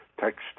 text